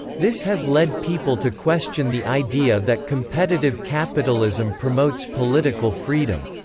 this has led people to question the idea that competitive capitalism promotes political freedom.